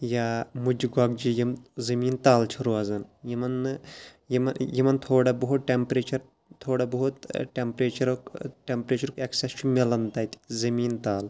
یا مُجہِ گۄگجہِ یِم زٔمیٖن تَل چھِ روزان یِمَن نہٕ یِمہٕ یِمَن تھوڑا بہت ٹٮ۪مپریچَر تھوڑا بہت ٹٮ۪مپریچَرُک ٹٮ۪مپریچَرُک اٮ۪کسَس چھُ مِلان تَتہِ زٔمیٖن تَل